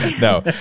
No